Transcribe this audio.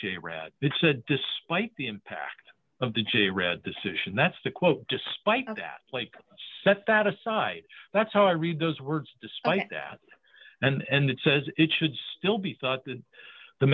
that said despite the impact of the g read decision that's a quote despite that blake set that aside that's how i read those words despite that and it says it should still be thought that the